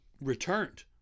returned